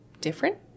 different